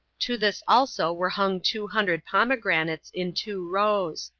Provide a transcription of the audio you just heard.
to this also were hung two hundred pomegranates, in two rows.